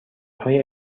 های